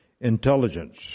intelligence